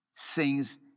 sings